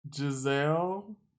Giselle